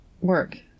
work